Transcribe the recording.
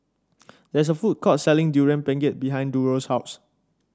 there is a food court selling Durian Pengat behind Durrell's house